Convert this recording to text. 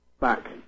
back